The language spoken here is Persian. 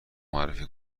معرفی